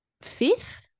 fifth